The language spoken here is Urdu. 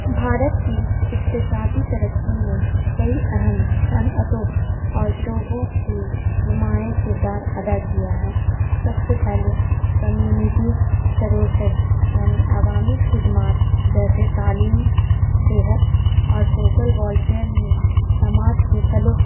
بھارت کی اقتصادی ترقی میں کئی اہم صنعتوں اور شعبوں کی نماٮٔی کردار ادا کیا ہے سب سے پہلے کمیونٹی سروشج یعنی عوامی خدمات جیسے تعلیم صحت اور سوشل ویلفیئر نے سماج کے پھلوں